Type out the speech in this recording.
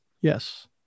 Yes